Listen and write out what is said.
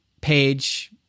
page